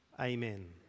amen